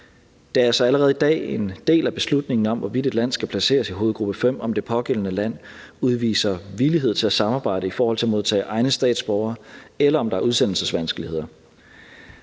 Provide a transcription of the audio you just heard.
altså allerede i dag en del af beslutningen om, hvorvidt et land skal placeres i hovedgruppe 5, om det pågældende land udviser villighed til at samarbejde i forhold til at modtage egne statsborgere, eller om der er udsendelsesvanskeligheder.